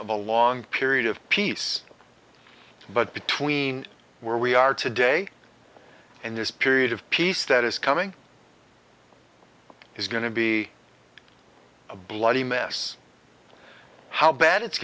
of a long period of peace but between where we are today and this period of peace that is coming is going to be a bloody mess how bad it's